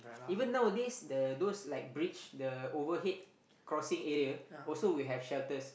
even nowadays the those like bridge the overhead crossing area also will have shelters